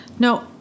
No